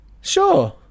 Sure